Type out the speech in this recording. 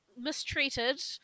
mistreated